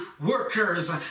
workers